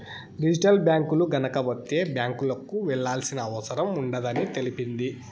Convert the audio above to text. digital బ్యాంకులు గనక వత్తే బ్యాంకులకు వెళ్లాల్సిన అవసరం ఉండదని తెలిపింది